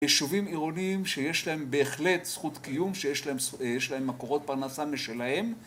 יישובים עירוניים שיש להם בהחלט זכות קיום, שיש להם מקורות פרנסה משלהם